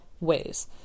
ways